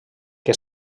que